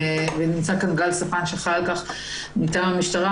ונמצא כאן גל ספן שאחראי על כך מטעם המשטרה.